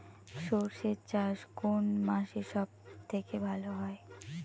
সর্ষে চাষ কোন মাসে সব থেকে ভালো হয়?